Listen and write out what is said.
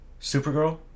Supergirl